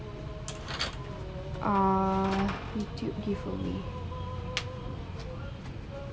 ah youtube giveaway